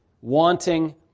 wanting